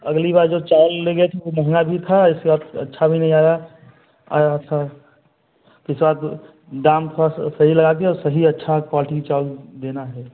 अगली बार जो चावल ले गए थे वह महँगा भी था उसके बाद अच्छा भी नहीं आया था दाम थोड़ा स साही लगाकर सही अच्छा क्वालटी का चावल देना है